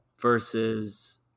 versus